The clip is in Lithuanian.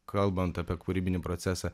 kalbant apie kūrybinį procesą